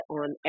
on